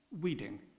weeding